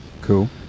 Cool